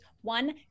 one